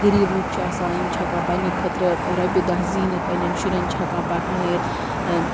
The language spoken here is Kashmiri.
غریٖب لُکھ چھِ آسان یِم چھِ ہٮ۪کان پَنٛنہِ خٲطرٕ رۄپیہِ دَہ زیٖنِتھ پَنٛنٮ۪ن شُرٮ۪ن چھِ ہٮ۪کان پَکنٲیِتھ